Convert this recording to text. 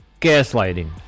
gaslighting